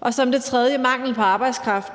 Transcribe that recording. og som det tredje er det mangel på arbejdskraft,